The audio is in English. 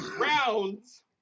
rounds